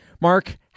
Mark